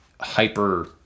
hyper